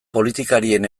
politikarien